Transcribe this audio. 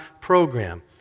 program